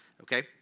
okay